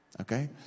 Okay